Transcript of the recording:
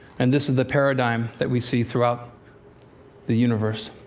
and this is the paradigm that we see throughout the universe.